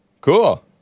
Cool